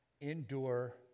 Endure